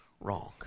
wrong